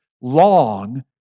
long